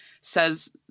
says